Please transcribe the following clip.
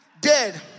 dead